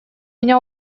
меня